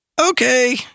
Okay